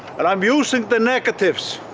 and i'm using the negatives.